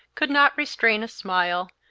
could not restrain a smile,